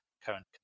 current